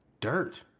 dirt